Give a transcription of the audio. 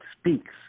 speaks